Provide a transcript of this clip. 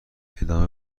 ادامه